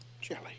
jelly